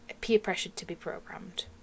peer-pressure-to-be-programmed